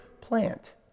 plant